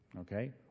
okay